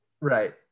Right